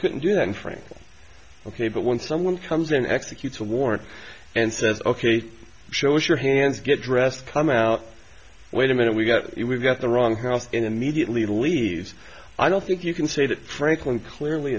couldn't do that in france ok but when someone comes in executes a warrant and says ok show us your hands get dressed come out wait a minute we've got it we've got the wrong house immediately leaves i don't think you can say that franklin clearly